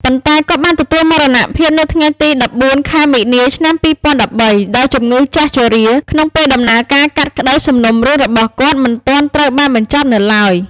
ប៉ុន្តែគាត់ បានទទួលមរណភាពនៅថ្ងៃទី១៤ ខែមីនា ឆ្នាំ ២០១៣ ដោយជំងឺចាស់ជរា ក្នុងពេលដំណើរការកាត់ក្តីសំណុំរឿងរបស់គាត់មិន ទាន់ត្រូវបានបញ្ចប់នៅឡើយ ។